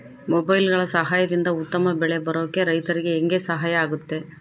ಮೊಬೈಲುಗಳ ಸಹಾಯದಿಂದ ಉತ್ತಮ ಬೆಳೆ ಬರೋಕೆ ರೈತರಿಗೆ ಹೆಂಗೆ ಸಹಾಯ ಆಗುತ್ತೆ?